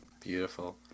Beautiful